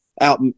out